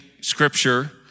Scripture